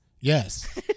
Yes